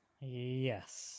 Yes